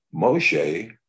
Moshe